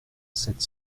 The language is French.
sept